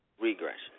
regression